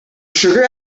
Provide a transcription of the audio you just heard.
sugar